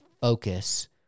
focus